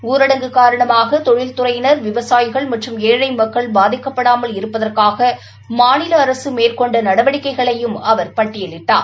ஊரடங்கு காரணமாக தொழில்துறையினா் விவசாயிகள் மற்றும் ஏழை மக்கள் பாதிக்கப்படாமல் இருப்பதற்காக மாநில அரசு மேற்கொண்ட நடவடிக்கைகளையும் அவர் பட்டியலிட்டார்